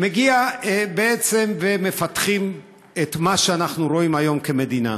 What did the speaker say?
ובעצם מפתחים את מה שאנחנו רואים היום כמדינה.